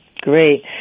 Great